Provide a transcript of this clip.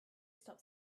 stop